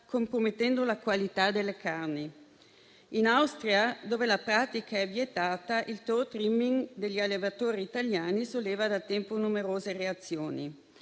compromettendo la qualità delle carni. In Austria, dove la pratica è vietata, il *toe trimming* degli allevatori italiani solleva da tempo numerose reazioni.